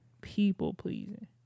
People-pleasing